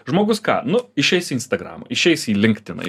žmogus ką nu išeis į instagramą išeis į linkediną